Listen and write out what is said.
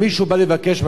אם מישהו בא לבקש,